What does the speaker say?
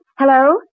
Hello